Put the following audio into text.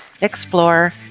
explore